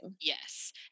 Yes